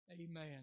Amen